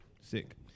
Sick